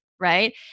right